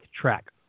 track